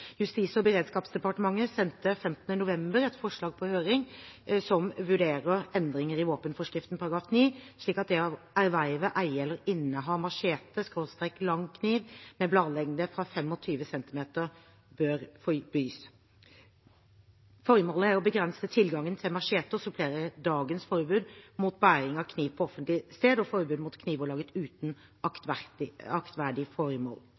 Justis- og beredskapsdepartementet sendte 15. november et forslag på høring som vurderer endringer i våpenforskriftens § 9, slik at det å erverve, eie eller inneha machete/lang kniv med bladlengde fra 25 cm bør forbys. Formålet er å begrense tilgangen til machete og supplere dagens forbud mot bæring av kniv på offentlig sted og forbudet mot kniver laget uten aktverdig formål.